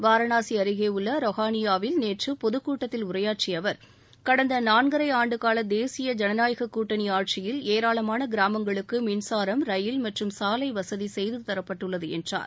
வாரணாசி அருகே உள்ள ரொஹானியாவில் நேற்று பொதுக் கூட்டத்தில் உரையாற்றிய அவர் கடந்த நான்கரை ஆண்டுகால தேசிய ஜனநாயகக் கூட்டணி ஆட்சியில் ஏராளமான கிராமங்களுக்கு மின்சாரம் ரயில் மற்றும் சாலை வசதி செய்து தரப்பட்டுள்ளது என்றார்